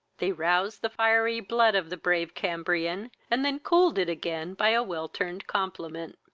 they roused the fiery blood of the brave cambrian, and then cooled it again by a well-turned compliment.